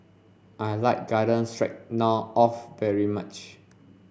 I like Garden Stroganoff very much